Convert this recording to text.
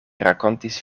rakontis